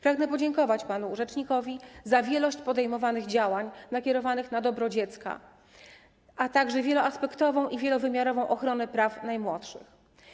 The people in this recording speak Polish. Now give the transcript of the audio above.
Pragnę podziękować panu rzecznikowi za wielość podejmowanych działań nakierowanych na dobro dziecka, a także wieloaspektową i wielowymiarową ochronę praw najmłodszych.